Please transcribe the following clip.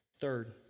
Third